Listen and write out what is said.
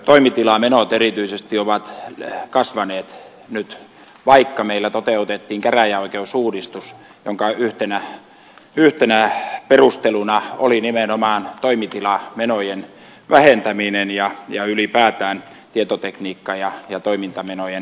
toimitilamenot erityisesti ovat nyt kasvaneet vaikka meillä toteutettiin käräjäoikeusuudistus jonka yhtenä perusteluna oli nimenomaan toimitilamenojen vähentäminen ja ylipäätään tietotekniikka ja toimintamenojen vähentäminen